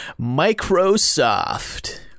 Microsoft